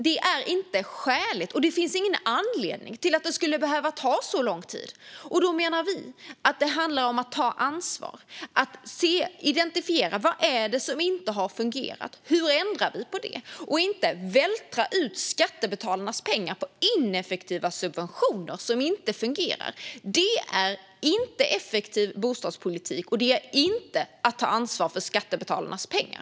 Detta är inte skäligt, och det finns ingen anledning till att det ska behöva ta så lång tid. Vi menar att det handlar om att ta ansvar och att identifiera vad det är som inte har fungerat och se hur vi ändrar på det i stället för att vältra ut skattebetalarnas pengar på ineffektiva subventioner som inte fungerar. Detta är inte effektiv bostadspolitik, och det är inte att ta ansvar för skattebetalarnas pengar.